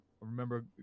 remember